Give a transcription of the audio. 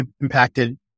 impacted